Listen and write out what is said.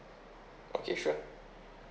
okay sure